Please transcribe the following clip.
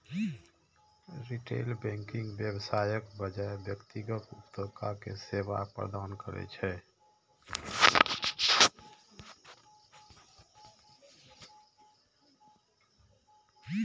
retail banking व्यवसायक बजाय व्यक्तिगत उपभोक्ता कें सेवा प्रदान करै छै